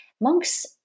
Monks